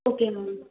ஓகேங்க மேம்